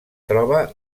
troba